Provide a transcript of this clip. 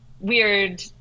weird